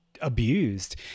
Abused